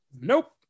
nope